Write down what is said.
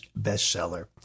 bestseller